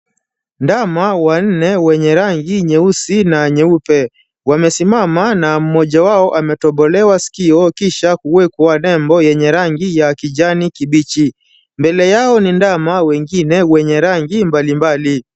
Ndama wanne wenye rangi nyeusi na nyeupe wamesimama na mmoja wao ametobelewa sikio kisha kuwekwa nembo yenye rangi ya kijani kibichi. Mbele yao ni ndama wengine wenye rangi mbalimbali.